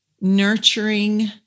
nurturing